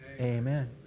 amen